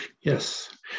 yes